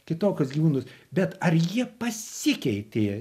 kitokius gyvūnus bet ar ji pasikeitė